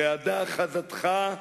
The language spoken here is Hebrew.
רעדה אחזתך,